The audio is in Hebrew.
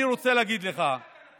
אני רוצה להגיד לך,